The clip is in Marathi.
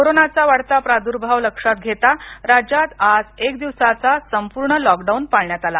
कोरोंनाचा वाढता प्रादुर्भाव लक्षात घेता राज्यात आज एक दिवसाचा संपूर्ण लॉकडाऊन पाळण्यात आला